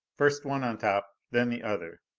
first one on top, then the other.